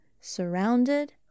surrounded